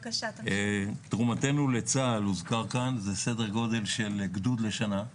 התרומה שלנו לצה"ל זה בסדר גודל גדוד לשנה,